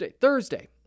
Thursday